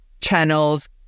channels